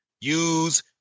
use